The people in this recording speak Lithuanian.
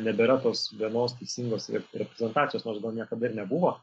nebėra tos vienos teisingos ir reprezentacijos nors niekada ir nebuvo